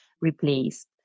replaced